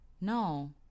No